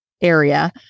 area